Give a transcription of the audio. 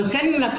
אבל כן המלצנו